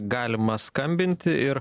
galima skambinti ir